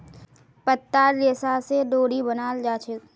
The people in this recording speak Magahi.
पत्तार रेशा स डोरी बनाल जाछेक